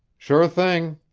sure thing!